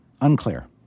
unclear